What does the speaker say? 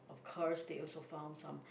of course they also found some